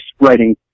writing